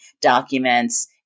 documents